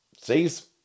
sees